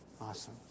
Awesome